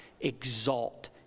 exalt